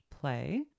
play